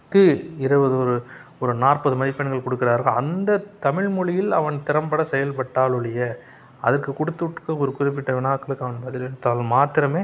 நூற்றுக்கு இருபது ஒரு ஒரு நாற்பது மதிப்பெண்கள் கொடுக்கிறார் தான் அந்த தமிழ் மொழியில் அவன் திறன்பட செயல்பட்டால் ஒழிய அதற்கு கொடுத்துட்ருக்க ஒரு குறிப்பிட்ட வினாக்களுக்கான பதிலளித்தாலும் மாத்திரமே